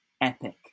Epic